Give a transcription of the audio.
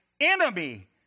enemy